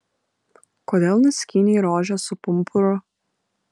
kodėl nuskynei rožę su pumpuru